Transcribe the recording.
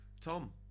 Tom